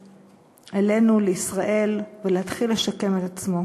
אלינו לישראל, ולהתחיל לשקם את עצמו.